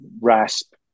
rasp